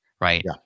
right